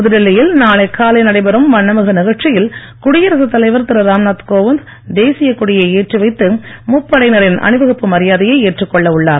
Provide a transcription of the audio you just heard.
புதுடெல்லியில் நாளை காலை நடைபெறும் வண்ணமிகு நிகழ்ச்சியில் குடியரசு தலைவர் திரு ராம்நாத் கோவிந்த் தேசிய கொடியை ஏற்றி வைத்து மும்படையினரின் அணிவகுப்பு மரியாதையை ஏற்றுக்கொள்ள இருக்கிறார்